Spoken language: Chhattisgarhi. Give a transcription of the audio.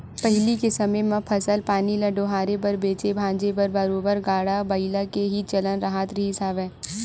पहिली के समे म फसल पानी ल डोहारे बर बेंचे भांजे बर बरोबर गाड़ा बइला के ही चलन राहत रिहिस हवय